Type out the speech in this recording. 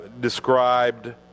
described